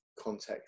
context